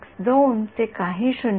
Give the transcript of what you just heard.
आपण या दोघांमध्ये काही फरक पाहू शकता